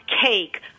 Cake